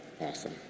Awesome